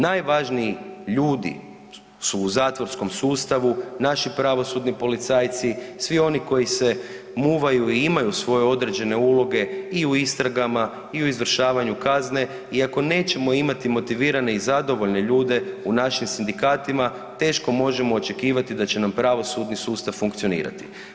Najvažniji ljudi su u zatvorskom sustavu naši pravosudni policajci, svi oni koji se muvaju i imaju svoje određene uloge i u istragama i u izvršavanju kazne i ako nećemo imati motivirane i zadovoljne ljude u našim sindikatima teško možemo očekivati da će nam pravosudni sustav funkcionirati.